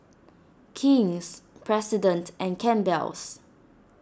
King's President and Campbell's